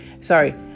sorry